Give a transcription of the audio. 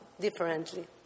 differently